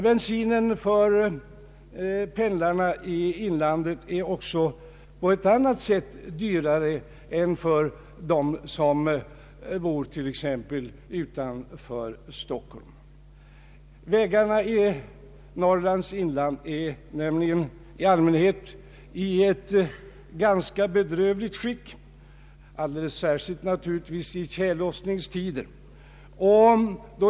Bensinkostnaden för bilpendlare i inlandet blir också på ett annat sätt högre än för dem som bor t.ex. utan för Stockholm. Vägarna i Norrlands inland är nämligen i allmänhet i ett ganska bedrövligt skick — alldeles särskilt naturligtvis i tjällossningstider.